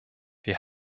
wir